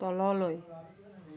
তললৈ